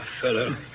fellow